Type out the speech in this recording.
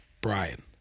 Brian